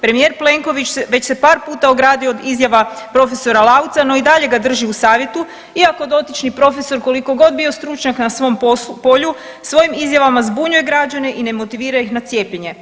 Premijer Plenković već se par puta ogradio od izjava profesora Lauca, no i dalje ga drži u savjetu iako dotični profesor koliko god bio stručnjak na svom polju svojim izjavama zbunjuje građane i ne motivira ih na cijepljenje.